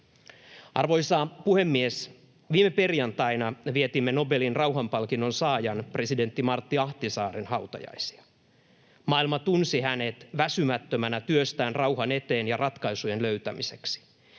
Arvoisa puhemies! Viime perjantaina vietimme Nobelin rauhanpalkinnon saajan, presidentti Martti Ahtisaaren hautajaisia. Maailma tunsi hänet väsymättömästä työstään rauhan eteen ja ratkaisujen löytämiseksi.